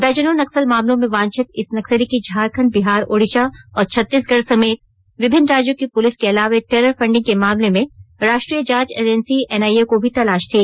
दर्जनों नक्सल मामलों में वांछित इस नक्सली की झारखंड बिहार ओड़िशा और छत्तीसगढ़ समेत विभिन्न राज्यों की पुलिस के अलावे टेरर फंडिंग के मामले में राष्ट्रीय जांच एजेंसी एनआईए को भी तलाश थी